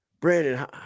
Brandon